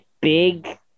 big